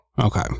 Okay